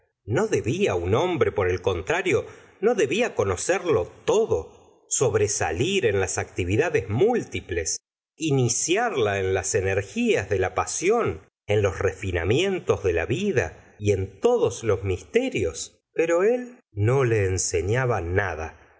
isto debía un hombre por el contrario no debía e gustavo flaubert conocerlo todo sobresalir en las actividades múltiples iniciarla en las energías de la pasión en los refinamientos de la vida y en todos los misterios pero él no le ensefiaba nada